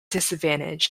disadvantage